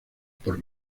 por